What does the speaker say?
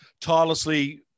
tirelessly